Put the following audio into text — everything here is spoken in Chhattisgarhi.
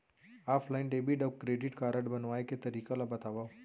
ऑफलाइन डेबिट अऊ क्रेडिट कारड बनवाए के तरीका ल बतावव?